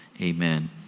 Amen